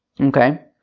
Okay